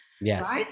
Yes